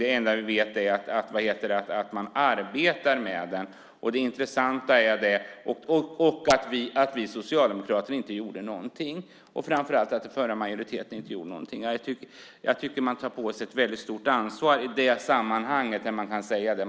Det enda som vi vet är att man arbetar med den och att vi socialdemokrater inte gjorde någonting och framför allt att den förra majoriteten inte gjorde någonting. Jag tycker att man tar på sig ett väldigt stort ansvar i det sammanhanget när man kan säga det.